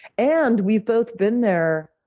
and we've both been there,